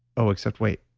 oh, except, wait,